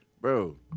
Bro